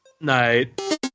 Night